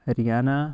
Haryana